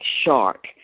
shark